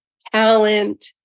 talent